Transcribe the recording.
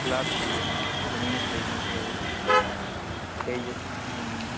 plot چاہیے تھا زمین خریدنی تھی تھوڑی سی کہیے ہوں